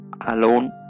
Alone